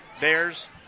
Bears